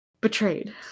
Betrayed